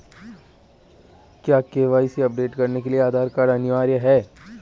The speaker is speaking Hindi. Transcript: क्या के.वाई.सी अपडेट करने के लिए आधार कार्ड अनिवार्य है?